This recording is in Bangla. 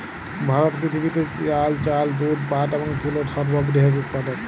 ভারত পৃথিবীতে ডাল, চাল, দুধ, পাট এবং তুলোর সর্ববৃহৎ উৎপাদক